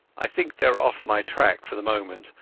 ai think theyare off my track for the moment,